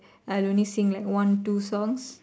I'll only sing like one two songs